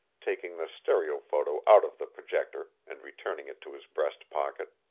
taking the stereophoto out of the projector and returning it to his breast pocket.